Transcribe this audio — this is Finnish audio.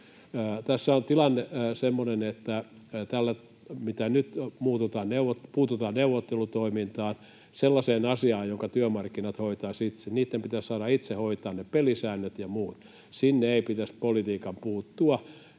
Tässä on tilanne semmoinen, että nyt puututaan neuvottelutoimintaan, sellaiseen asiaan, jonka työmarkkinat hoitaisivat itse. Niitten pitäisi saada itse hoitaa ne pelisäännöt ja muut. Siihen ei pitäisi politiikan puuttua